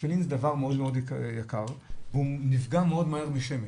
התפילין זה דבר מאוד מאוד יקר והוא נפגע מאוד מהר משמש.